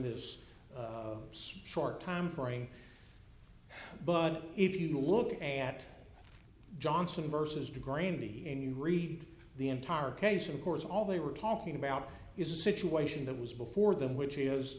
this short time frame but if you look at johnson versus grainy and you read the entire case of course all they were talking about is a situation that was before them which is